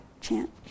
chant